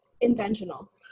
intentional